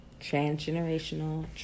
transgenerational